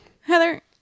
Heather